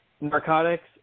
narcotics